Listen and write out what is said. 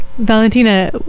Valentina